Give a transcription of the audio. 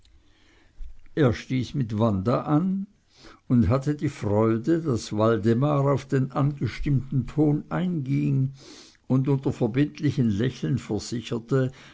er stieß mit wanda an und hatte die freude daß waldemar auf den angestimmten ton einging und unter verbindlichem lächeln versicherte